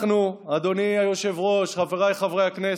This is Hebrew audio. אנחנו, אדוני היושב-ראש, חבריי חברי הכנסת,